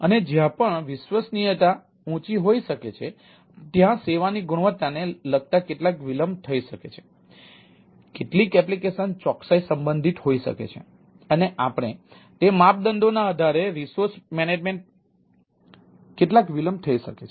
અને જ્યાં પણ વિશ્વસનીયતા ઊંચી હોઈ શકે છે ત્યાં સેવાની ગુણવત્તા ને લગતા કેટલાક વિલંબ થઈ શકે છે